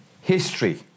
History